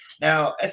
Now